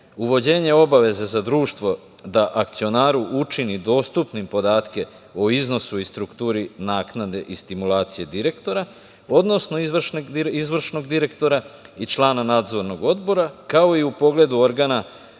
Uvođenje obaveze za društvo da akcionaru učini dostupnim podatke o iznosu i strukturu naknade i stimulacije direktora, odnosno izvršnog direktora i člana Nadzornog odbora, kao i u pogledu organa